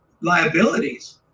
liabilities